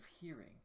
hearing